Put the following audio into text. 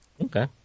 Okay